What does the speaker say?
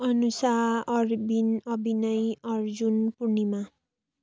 Anusa Arbin Abhinay Arjun Purnima